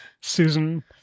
Susan